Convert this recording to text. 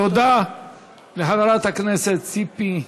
תודה לחברת הכנסת ציפי לבני.